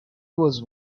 was